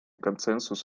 консенсус